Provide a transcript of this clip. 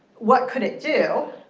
what could it do?